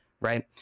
right